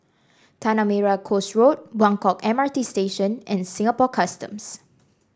Tanah Merah Coast Road Buangkok M R T Station and Singapore Customs